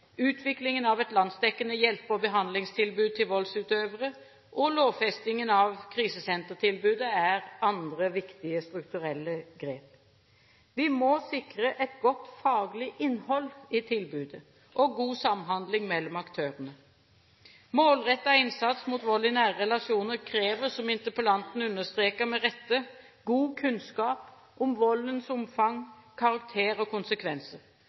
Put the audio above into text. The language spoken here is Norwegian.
utviklingen av et landsdekkende hjelpe- og behandlingstilbud til voldsutøvere og lovfestingen av krisesentertilbudet er andre viktige strukturelle grep. Vi må sikre et godt faglig innhold i tilbudet og god samhandling mellom aktørene. Målrettet innsats mot vold i nære relasjoner krever, som interpellanten understreker med rette, god kunnskap om voldens omfang, karakter og konsekvenser.